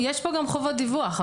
יש כאן גם חובות דיווח.